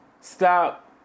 Stop